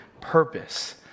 purpose